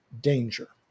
danger